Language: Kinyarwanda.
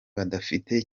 badafite